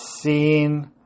seen